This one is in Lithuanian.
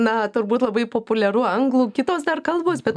na turbūt labai populiaru anglų kitos dar kalbos bet